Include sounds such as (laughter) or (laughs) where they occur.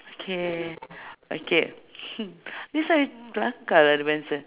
K okay (laughs) (breath) this one kelakar lah dia punya answer